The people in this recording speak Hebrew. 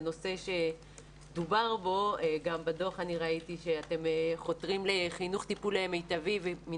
זה נושא שדובר בו וגם בדוח ראיתי שאתם חותרים לחינוך וטיפול מיטבי ומן